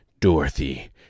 Dorothy